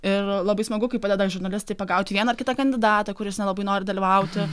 ir labai smagu kai padeda žurnalistai pagauti vieną ar kitą kandidatą kuris nelabai nori dalyvauti